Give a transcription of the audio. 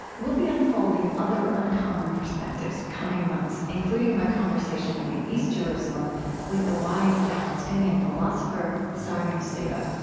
we'll be unfolding other uncommon perspectives in coming months, including my conversation in east jerusalem with the wise palestinian philosopher sari nusseibeh.